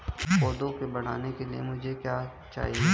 पौधे के बढ़ने के लिए मुझे क्या चाहिए?